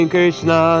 Krishna